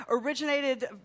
originated